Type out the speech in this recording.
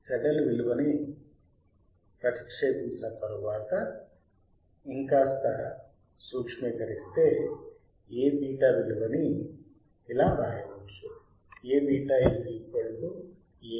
slide చూడండి